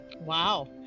Wow